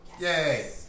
Yay